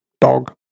dog